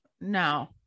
No